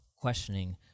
questioning